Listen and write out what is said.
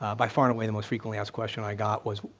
by far and away the most frequently asked question i got was,